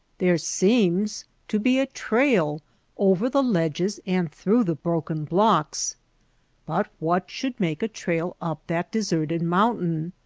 there seems to be a trail over the ledges and through the broken blocks but what should make a trail up that deserted mountain?